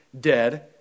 dead